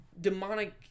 demonic